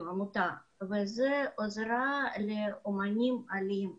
אנחנו עמותה להגיש עזרה לאמנים עולים ,